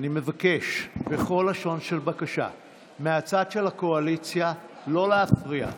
ואני מבקש בכל לשון של בקשה מהצד של הקואליציה לא להפריע,